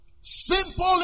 Simple